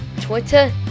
Twitter